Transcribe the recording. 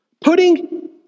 putting